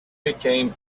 became